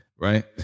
right